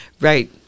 right